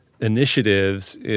initiatives